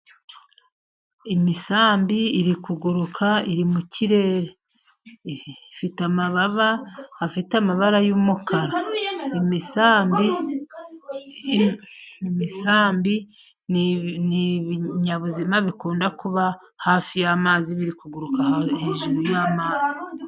Imisambi iri kuguruka iri mu kirere, ifite amababa afite amabara y'umukara, imisambi, imisambi n'ibinyabuzima bikunda kuba hafi y'amazi, biri kuguruka hejuru y'amazi.